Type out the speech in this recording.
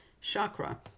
chakra